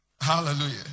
Hallelujah